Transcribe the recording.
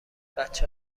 بچه